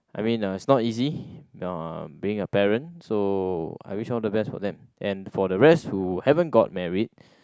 I mean uh it's not easy being a parent so I wish all the best for them and for the rest who haven't got married